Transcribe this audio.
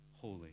holy